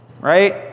right